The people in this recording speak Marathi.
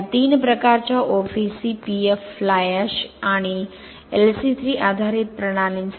या 3 प्रकारच्या OPC PF फ्लाय एश आणि LC3 आधारित प्रणालींसाठी 0